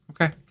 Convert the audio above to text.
Okay